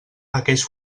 aquells